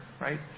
right